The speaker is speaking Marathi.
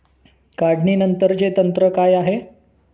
काढणीनंतरचे तंत्र काय आहे?